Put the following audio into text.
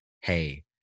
hey